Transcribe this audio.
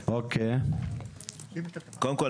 קודם כל,